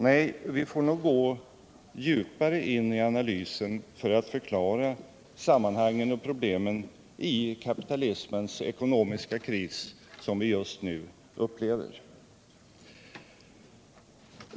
Nej, vi får nog gå djupare in i analysen för att förklara sammanhangen och problemen i den kapitalismens ekonomiska kris som vi just nu upplever.